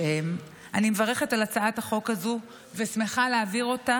אני מברכת על הצעת החוק הזאת ושמחה להעביר אותה